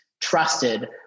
trusted